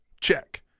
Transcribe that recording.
check